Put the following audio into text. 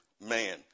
man